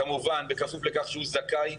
כמובן בכפוף לכך שהוא זכאי.